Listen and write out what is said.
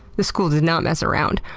this school did not mess around.